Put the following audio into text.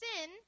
sin